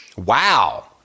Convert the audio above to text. Wow